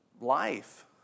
Life